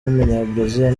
w’umunyabrazil